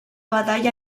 batalla